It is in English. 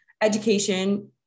education